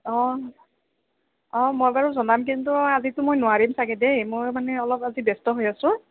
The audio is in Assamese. অ অ মই বাৰু জনাম কিন্তু আজিতো মই নোৱাৰিম চাগৈ দেই মই মানে অলপ আজি ব্যস্ত হৈ আছোঁ